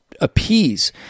appease